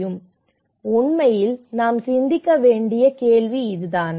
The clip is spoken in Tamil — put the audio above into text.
இது உண்மையில் நாம் சிந்திக்க வேண்டிய கேள்விதானா